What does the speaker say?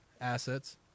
Assets